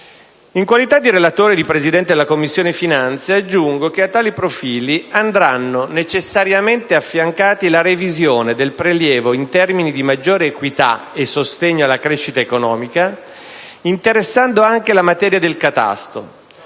In qualità di relatore e di Presidente della Commissione finanze aggiungo che a tali profili andranno necessariamente affiancati la revisione del prelievo in termini di maggiore equità e sostegno alla crescita economica, interessando anche la materia del catasto,